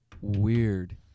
Weird